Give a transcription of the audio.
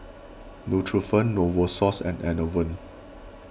Nutren Novosource and Enervon